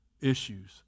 issues